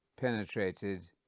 penetrated